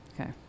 Okay